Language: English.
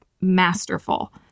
masterful